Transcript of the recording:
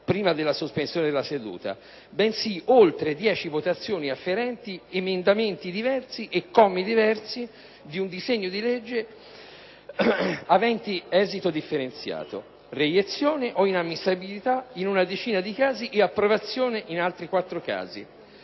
prima della sospensione della seduta, bensì oltre 10 votazioni afferenti emendamenti diversi e commi diversi di un disegno di legge aventi esito differenziato (reiezione o inammissibilità in una decina di casi e approvazione in altri quattro casi).